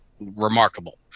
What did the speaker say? remarkable